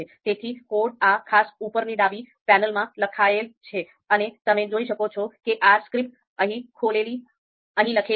તેથી code આ ખાસ ઉપરની ડાબી પેનલમાં લખાયેલ છે અને તમે જોઈ શકો છો કે R script અહીં લખેલી છે